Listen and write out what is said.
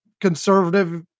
conservative